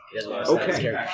Okay